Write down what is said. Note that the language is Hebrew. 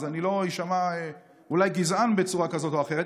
אז אני לא אשמע אולי גזען בצורה כזאת או אחרת,